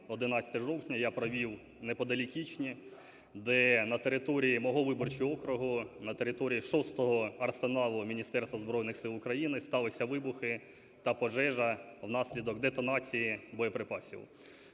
11 жовтня я провів неподалік Ічні, де на території мого виборчого округу, на території 6 арсеналу міністерства, Збройних Сил України сталися вибухи та пожежа внаслідок детонації боєприпасів.